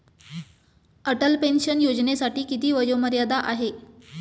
Atal pension योजनेसाठी किती वयोमर्यादा आहे?